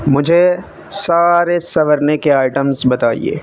مجھے سارے سنورنے کے آئٹمس بتائیے